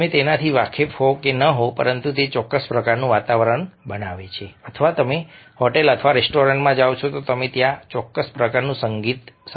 તમે તેનાથી વાકેફ હો કે ન હો પરંતુ તે ચોક્કસ પ્રકારનું વાતાવરણ બનાવે છે અથવા તમે હોટેલ અથવા રેસ્ટોરન્ટમાં જાવ છો અને તમને ત્યાં ચોક્કસ પ્રકારનું સંગીત મળે છે